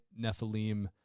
nephilim